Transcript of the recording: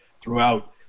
throughout